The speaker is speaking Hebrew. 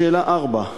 לשאלה 4: